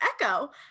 Echo